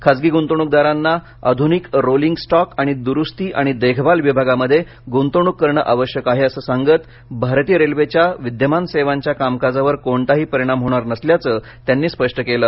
खासगी गुंतवणूकदारांना आधुनिक रोलिंग स्टॉक आणि दुरुस्ती आणि देखभाल विभागामध्ये गुंतवणूक करणे आवश्यक आहे असं सांगत भारतीय रेल्वेच्या विद्यमान सेवांच्या कामकाजावर कोणताही परिणाम होणार नसल्याचे त्यांनी स्पष्ट केले